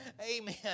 Amen